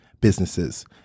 businesses